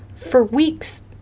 for weeks,